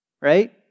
right